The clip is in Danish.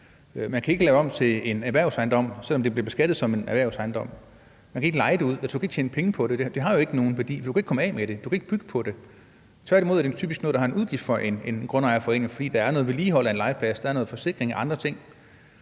Man kan ikke lave det om til en erhvervsejendom, selv om det bliver beskattet som en erhvervsejendom. Man kan ikke leje det ud. Altså, du kan ikke tjene penge på det. Det har jo ikke nogen værdi, for du kan ikke komme af med det; du kan ikke bygge på det. Tværtimod er det typisk noget, der har en udgift for en grundejerforening, fordi der er noget vedligehold af en legeplads, der er nogle forsikringer og andre ting.